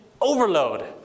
overload